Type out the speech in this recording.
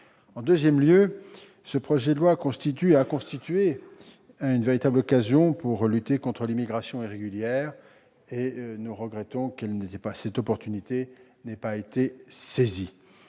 En deuxième lieu, le projet de loi constituait une véritable occasion pour lutter contre l'immigration irrégulière, et nous regrettons que cette opportunité n'ait pas été saisie.